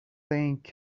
think